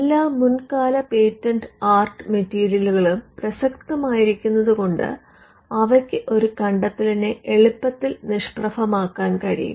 എല്ലാ മുൻ കാല പേറ്റന്റ് ആർട്ട് മെറ്റീരിയലുകളും പ്രസക്തമായിരിക്കുന്നത് കൊണ്ട് അവയ്ക്കു ഒരു കണ്ടെത്തലിനെ എളുപ്പത്തിൽ നിഷ്പ്രഭമാക്കാൻ കഴിയും